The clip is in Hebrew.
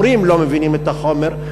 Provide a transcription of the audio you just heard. המורים לא מבינים את החומר,